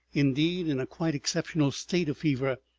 indeed in a quite exceptional state of fever,